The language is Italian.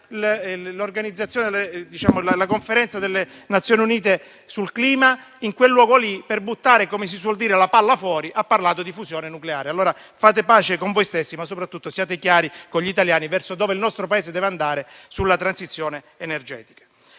la Conferenza delle Nazioni Unite sul clima, per buttare, come si suol dire, la palla fuori, ha parlato di fusione nucleare. Fate pace con voi stessi, ma soprattutto siate chiari con gli italiani verso la direzione che il nostro Paese deve prendere sulla transizione energetica.